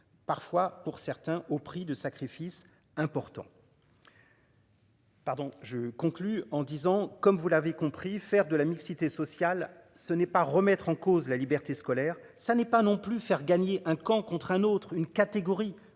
parfois, pour certains au prix de sacrifices importants. Pardon je conclus en disant comme vous l'avez compris, faire de la mixité sociale, ce n'est pas remettre en cause la liberté scolaire ça n'est pas non plus faire gagner un camp contre un autre une catégorie